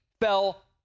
fell